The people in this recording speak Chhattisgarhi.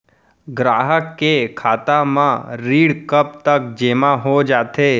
ग्राहक के खाता म ऋण कब तक जेमा हो जाथे?